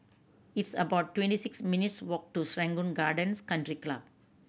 it's about twenty six minutes' walk to Serangoon Gardens Country Club